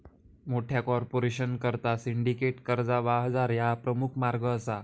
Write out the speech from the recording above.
मोठ्या कॉर्पोरेशनकरता सिंडिकेटेड कर्जा बाजार ह्या प्रमुख मार्ग असा